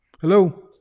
Hello